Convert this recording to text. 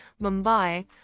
Mumbai